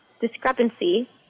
discrepancy